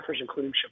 including